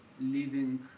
living